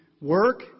work